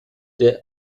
der